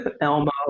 Elmo